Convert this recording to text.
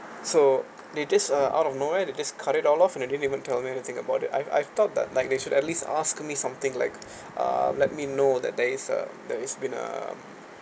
so they just uh out of nowhere they just cut it all off and they didn't even tell me anything about that I I've thought that like they should at least ask me something like uh let me know that there is a that it's been a